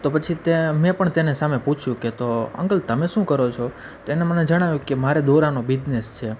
તો પછી તે મેં પણ તેને સામે પૂછ્યું કે તો અંકલ તમે શું કરો છો તો એને મને જણાવ્યું કે મારે દોરાનો બીજનેસ છે